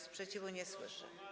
Sprzeciwu nie słyszę.